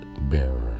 bearer